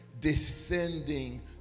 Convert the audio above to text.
descending